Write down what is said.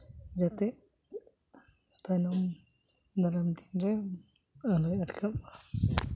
ᱡᱟᱛᱮ ᱛᱟᱭᱱᱚᱢ ᱫᱟᱨᱟᱢ ᱫᱤᱱᱨᱮ ᱟᱞᱚᱭ ᱟᱴᱠᱟᱜ ᱢᱟ